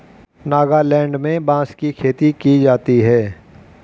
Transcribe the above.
नागालैंड में बांस की खेती की जाती है